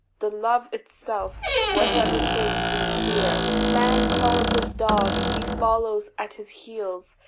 the love itself, whatever thing be dear. man calls his dog, he follows at his heel,